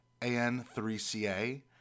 AN3CA